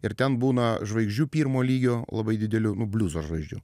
ir ten būna žvaigždžių pirmo lygio labai didelių nu bliuzo žvaigždžių